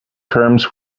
terms